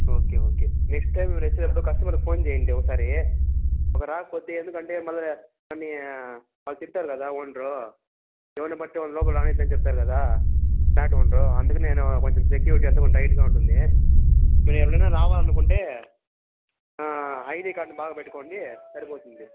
okay okay next time మీరు వచ్చేదప్పుడు కస్టమర్కి ఫోన్ చేయండి ఒకసారి రాకపోతే ఎందుకంటే మళ్ళీ నన్ను వాళ్ళు చెప్తారు కదా ఓనరూ ఎవరినిపడితే వాళ్ళని లోపలికి రానీద్దని తిడతారు కదా ఫ్లాట్ ఓనరూ అందుకు నేను కొంచెం సెక్యూరిటీ అంతా టైట్గా ఉంటుంది మీరెప్పుడయినా రావాలనుకుంటే ఐడి కార్డ్ బాగా పెట్టుకోండి సరిపోతుంది